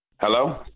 Hello